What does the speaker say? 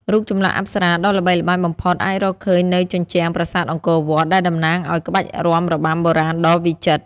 រូបចម្លាក់អប្សរាដ៏ល្បីល្បាញបំផុតអាចរកឃើញនៅជញ្ជាំងប្រាសាទអង្គរវត្ត ដែលតំណាងឱ្យក្បាច់រាំរបាំបុរាណដ៏វិចិត្រ។